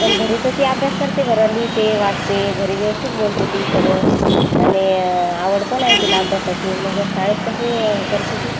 पण घरी तर ती अभ्यास करते बर लिहते वाचते घरी व्यवस्थित बोलते ती सगळ आणी आवड पण आहे तिला अभ्यासाची मंग शाळेत कशी हे करते ती